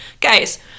guys